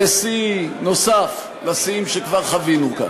זה שיא נוסף על השיאים שכבר חווינו כאן.